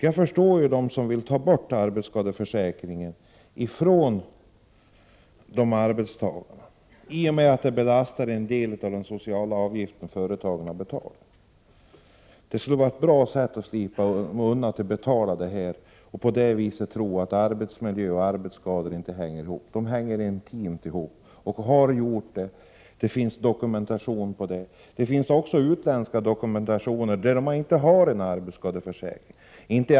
Jag förstår emellertid dem som vill ta arbetsskadeförsäkringen ifrån arbetstagarna, eftersom den belastar en del av de sociala avgifter som företagen betalar. Det skulle vara ett bra sätt att slippa undan att betala, och liksom räkna med att arbetsmiljö och arbetsskador inte hänger ihop. De hänger intimt samman, och det finns det dokumentation på. Det finns också utländsk dokumentation från länder där man inte har arbetsskadeförsäkringar.